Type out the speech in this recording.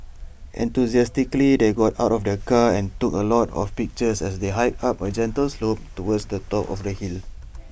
enthusiastically they got out of the car and took A lot of pictures as they hiked up A gentle slope towards the top of the hill